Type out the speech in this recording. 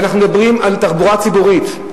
ואנחנו מדברים על תחבורה ציבורית,